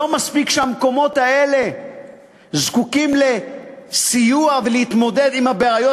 לא מספיק שהמקומות האלה זקוקים לסיוע בהתמודדות עם הבעיות